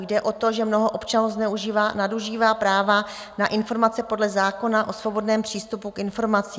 Jde o to, že mnoho občanů zneužívá, nadužívá práva na informace podle zákona o svobodném přístupu k informacím.